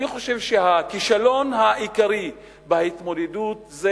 אני חושב שהכישלון העיקרי בהתמודדות הוא